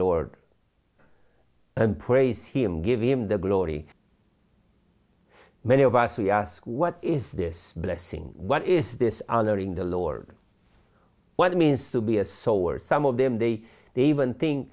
lord and praise him give him the glory many of us we ask what is this blessing what is this honoring the lord what it means to be a soul or some of them they they even thin